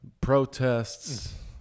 protests